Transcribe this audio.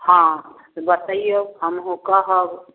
हँ बतैइऔ हमहूँ कहब